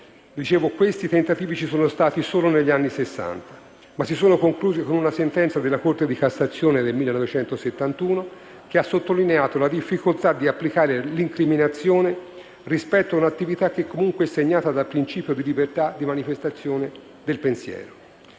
non iscritti ci sono stati negli anni Sessanta, ma si sono conclusi con una sentenza della Corte di cassazione del 1971 che ha sottolineato la difficoltà di applicare l'incriminazione rispetto ad un'attività che comunque è segnata dal principio di libertà di manifestazione del pensiero.